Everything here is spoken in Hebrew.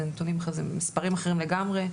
זה מספרים אחרים לגמרי.